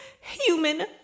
human